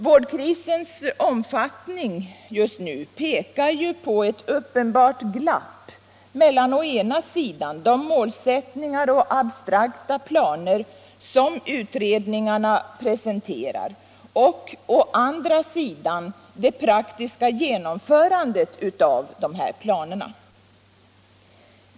Vårdkrisens omfattning just nu pekar på ett uppenbart glapp mellan å ena sidan de målsättningar och abstrakta planer som utredningarna presenterar och å andra sidan det praktiska genomförandet av dessa planer.